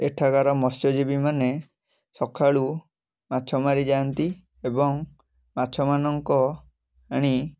ଏଠାକାର ମତ୍ସଜୀବୀ ମାନେ ସକାଳୁ ମାଛ ମାରି ଯାଆନ୍ତି ଏବଂ ମାଛମାନଙ୍କ ଆଣି